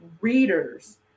readers